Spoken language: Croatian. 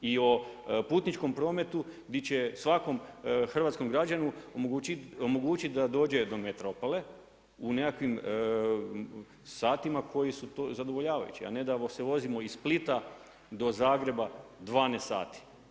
I on putničkom prometu di će svakom hrvatskom građanu omogućiti da dođe do metropole u nekakvim satima koji su zadovoljavajući, a ne da se vodimo iz Splita do Zagreba 12 sati.